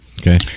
Okay